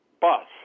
bus